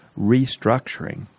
restructuring